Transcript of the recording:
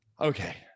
Okay